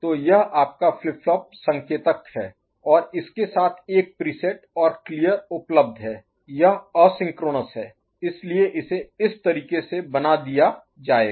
तो यह आपका फ्लिप फ्लॉप संकेतक है और इसके साथ एक प्रीसेट और क्लियर उपलब्ध है यह एसिंक्रोनस है इसलिए इसे इस तरीके से बना दिया जाएगा